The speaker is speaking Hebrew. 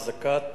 החזקת